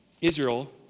Israel